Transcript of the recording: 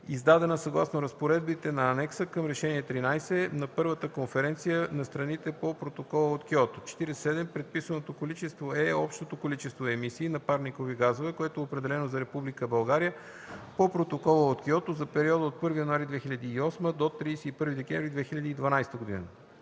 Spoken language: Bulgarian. издадена съгласно разпоредбите на Анекса към Решение 13 на Първата конференция на страните по Протокола от Киото. 47. „Предписано количество” е общото количество емисии на парникови газове, което е определено за Република България по Протокола от Киото за периода от 1 януари 2008 г. до 31 декември 2012 г.